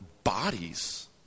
Bodies